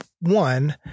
one